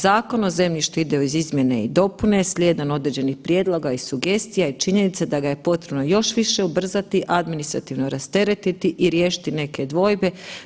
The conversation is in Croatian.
Zakon o zemljištu ide uz izmjene i dopune slijedom određenih prijedloga i sugestija i činjenica da ga je potrebno još više ubrzati, administrativno rasteretiti i riješiti neke dvojbe.